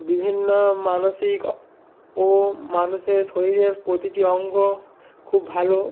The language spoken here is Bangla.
বিভিন্ন মানসিক ও মানুষের শরীরের প্রতিটি অঙ্গ খুব ভালো